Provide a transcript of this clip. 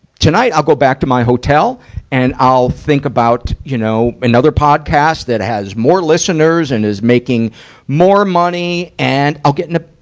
tonight i'll go back to my hotel and i'll think about, you know, another podcast that has more listeners and is making more money and i'll get in a,